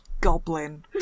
goblin